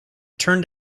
turned